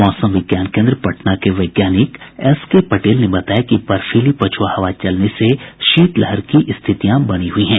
मौसम विज्ञान केन्द्र पटना के वैज्ञानिक एस के पटेल ने बताया कि बर्फीली पछुआ हवा चलने से शीत लहर की स्थितियां बनी हुई हैं